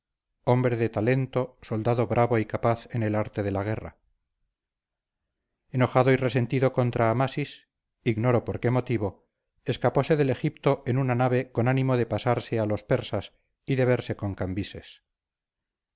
hombro de talento soldado bravo y capaz en el arte de la guerra enojado y resentido contra amasis ignoro por qué motivo escapóse del egipto en una nave con ánimo de pasarse a los persas y de verse con cambises